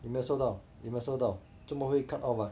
有没有收到你有没有收到做么会 cut off ah